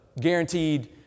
guaranteed